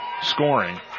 scoring